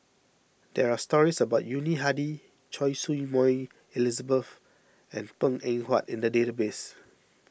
there are stories about Yuni Hadi Choy Su Moi Elizabeth and Png Eng Huat in the database